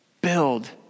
Build